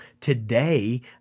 today